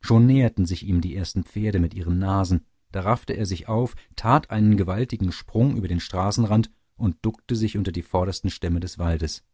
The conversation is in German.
schon näherten sich ihm die ersten pferde mit ihren nasen da raffte er sich auf tat einen gewaltigen sprung über den straßenrand und duckte sich unter die vordersten stämme des waldes